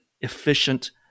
efficient